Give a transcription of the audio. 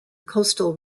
coastal